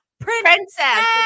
princess